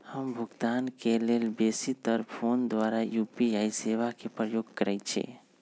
हम भुगतान के लेल बेशी तर् फोन द्वारा यू.पी.आई सेवा के प्रयोग करैछि